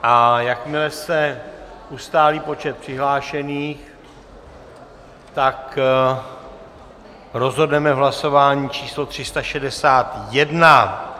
A jakmile se ustálí počet přihlášených, rozhodneme v hlasování číslo tři sta šedesát jedna.